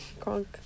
Kronk